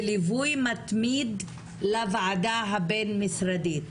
וליווי מתמיד לוועדה הבין-משרדית.